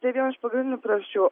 tai viena iš pagrindinių priežasčių